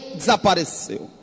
desapareceu